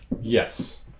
Yes